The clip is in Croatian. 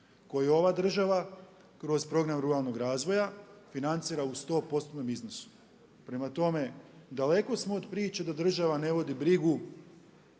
koje ova država kroz program ruralnog razvoja financira u 100%-tnom izboru. Prema tome daleko smo od priče da država ne vodi brigu